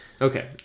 okay